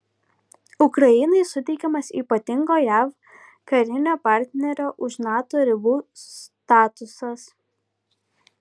ukrainai suteikiamas ypatingo jav karinio partnerio už nato ribų statusas